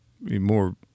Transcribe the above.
more